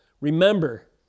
remember